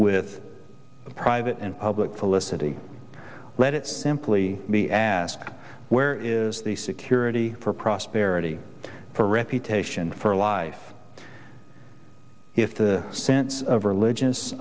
with private and public felicity let it simply be asked where is the security for prosperity for reputation for life if the sense of religious